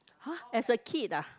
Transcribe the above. !huh! as a kid ah